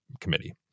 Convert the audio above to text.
Committee